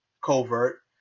covert